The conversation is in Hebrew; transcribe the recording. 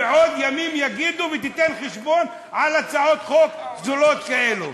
ועוד ימים יגידו ותיתן חשבון על הצעות חוק זולות כאלו.